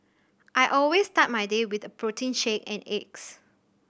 I always start my day with a protein shake and eggs